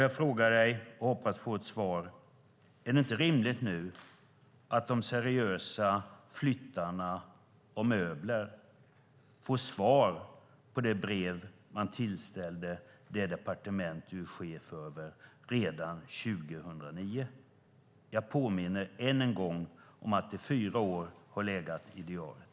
Jag frågar dig, Anders Borg, och hoppas få ett svar: Är det inte rimligt att de seriösa flyttarna av möbler får svar på det brev som de tillställde det departement som du är chef över redan 2009? Jag påminner än en gång om att det är fyra år som det legat i diariet.